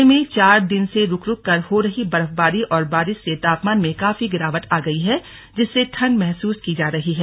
जिले में चार दिन से रूक रूक कर हो रही बर्फबारी और बारिश से तापमान में काफी गिरावट आ गई है जिससे ठंड महसूस की जा रही है